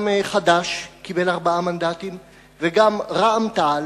חד"ש קיבל ארבעה מנדטים וגם רע"ם תע"ל.